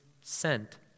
sent